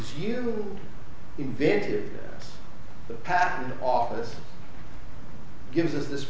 you invented the patent office gives us this